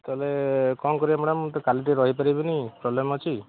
କେ ତାହେଲେ କ'ଣ କରିବା ମ୍ୟାଡ଼ାମ୍ ମୁଁ ତ କାଲି ଟିକେ ରହି ପାରିବିନି ପ୍ରୋବ୍ଲେମ୍ ଅଛି